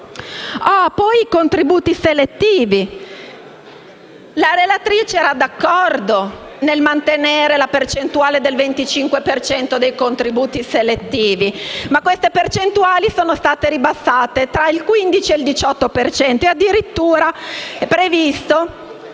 sono i contributi selettivi: la relatrice era d’accordo nel mantenere la percentuale del 25 per cento per i contributi selettivi, ma queste percentuali sono state ribassate tra il 15 e il 18 per cento. Addirittura è previsto